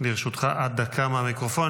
לרשותך עד דקה מהמיקרופון.